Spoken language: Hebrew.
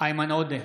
איימן עודה,